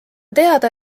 teada